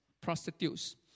prostitutes